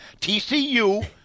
TCU